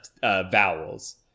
vowels